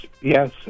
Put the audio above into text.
yes